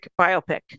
biopic